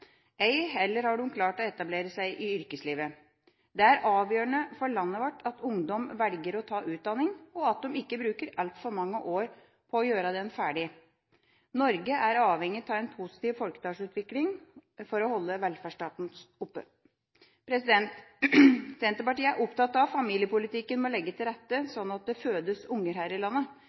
har heller ikke klart å etablere seg i yrkeslivet. Det er avgjørende for landet vårt at ungdom velger å ta utdanning, og at de ikke bruker altfor mange år på å gjøre den ferdig. Norge er avhengig av en positiv folketallsutvikling for å holde velferdsstaten oppe. Senterpartiet er opptatt av at familiepolitikken må legge til rette slik at det fødes unger her i landet.